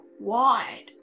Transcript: wide